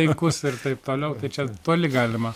laikus ir taip toliau tai čia toli galima